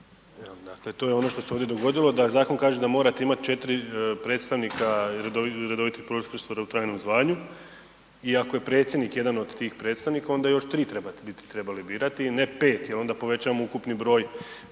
Dakle to je ono što se ovdje dogodilo, da zakon kaže da morate imati 4 predstavnika i redovitih profesora u trajnom zvanju i iako je predsjednik jedan od tih predstavnika, onda još tri bi trebali birati ne pet jer onda povećavamo ukupni broj